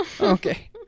Okay